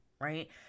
right